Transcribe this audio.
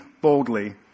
boldly